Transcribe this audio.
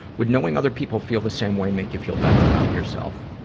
would knowing other people feel the same way may you feel better about yourself?